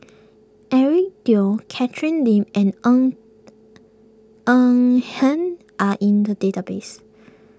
Eric Teo Catherine Lim and Ng Eng Eng Hen are in the database